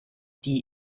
die